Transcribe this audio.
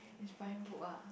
inspiring book ah